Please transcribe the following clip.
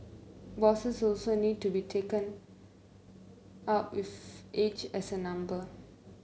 bosses also need to be taken up with age as a number